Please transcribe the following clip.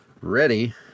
ready